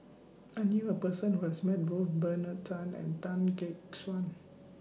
I knew A Person Who has Met Both Bernard Tan and Tan Gek Suan